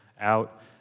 out